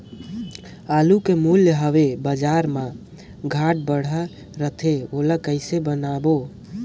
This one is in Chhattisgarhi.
आलू के मूल्य हवे बजार मा घाट बढ़ा रथे ओला कइसे जानबो?